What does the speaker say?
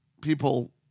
people